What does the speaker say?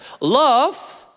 love